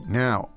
now